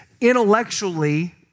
intellectually